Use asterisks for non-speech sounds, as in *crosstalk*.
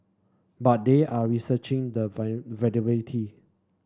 but they are researching the *unintelligible* viability